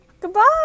Goodbye